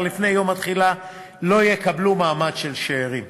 לפני יום התחילה לא יקבלו מעמד של שאירים.